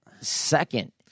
second